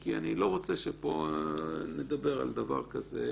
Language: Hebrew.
כי אני לא רוצה שפה נדבר על דבר כזה,